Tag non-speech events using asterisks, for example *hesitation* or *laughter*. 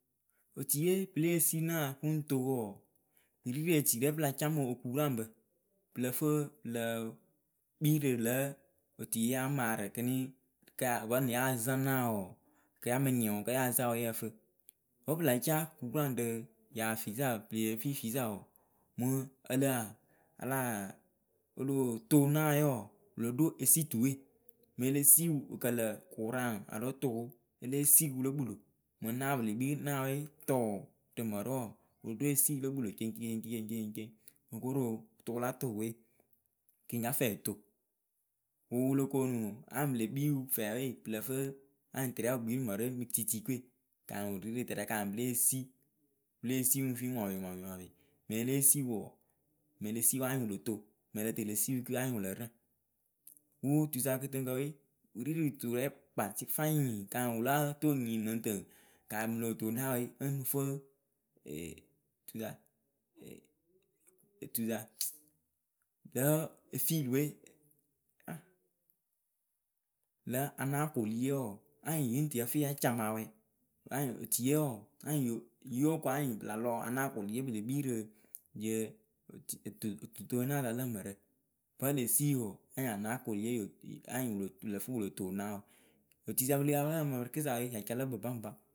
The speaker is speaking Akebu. otiye pɨle sina pɨŋ to wɔɔ yɨ riretirɛ pɨla ca mɨ okuraŋbǝ pɨlǝ fɨ pɨlǝ kpii rɨ lǝ̌ oti ya maarɨ kiniŋ ka vǝnɨŋ ya zaŋ naa wɔɔ kɨyamɨnyɩŋwʊ kǝ ya zaŋwʊ yǝǝ fɨ wǝ pɨla ca kuraŋ rɨ yaa fiyisa wɔɔ pɨyefi fisa wɔɔ mɨŋ a láa o lóo to naawe wɔɔ wɨ lo ɖo esituwe melesiwu wɨkǝlǝ kʊraŋ alo tʊʊ oo elesiwulo kpɨlo Mɨŋ naa pɨle kpii naawe tʊʊ rɨ mǝrɨwe wɔɔ w,ɨlo ɖo esiyɩ lokpɨlo ceŋceŋ ceŋ ceŋ ceŋ ceŋ wɨkoro rɨ wɨla tʊʊ we kɨ yɩ nyafɛ yɨ to wɨwɨlo koonu anyɩŋ pɨle kpiwɨ fɛwe pɨlǝ fɨ anyɩŋ tɨrɛ wɨ kpii rɨ mǝrɨwe mɨ kɨtitikɨwe kanyɩŋ wɨ ri rɨ tɨrɛ kanyɩ pɨ lée si pɨ lée si pɨŋ fii mɔpɩmɔpɩmɔpɩ. melesiwu wɔɔ, melesiwu anyɩŋ wɨ lo to meletelesiwuke anyɩ wɨ lǝ rǝŋ. wutuisa kɨtɨŋkǝ we wɨ ri rɨ tɨrɛ kpatɩ fayɩŋ kanyɩŋ wɨ láa toŋ nyii nɨŋ tɨ kanyɩ mɨŋ lóo to naawe ŋ fɨ *unintelligible* lǝ̌ efilipwe *hesitation* aŋ lǝ̌ anaa koŋye wɔɔ anyɩŋ yɨŋ tɨ yǝ fɩɩ yacamawɛ anyɩŋ otuiye wɔɔ anyɩŋ yo yɨyookuŋ anyɩ pɨla lɔ anaa koŋye pɨle kpiirɨ yɨ oti *hesitation* otɨ otunasa lǝ mǝrǝ. bvǝ elesiyɩ wɔɔ anyɩŋ anaa koŋye yo *hesitation* anyɩŋ wɨ lǝ fɨ wɨlo to naawɨbatuisa pɨleyi yapɨ lǝ́ǝ pǝmɨ rɨkɨsa we yacalakpɛ baŋba.